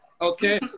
Okay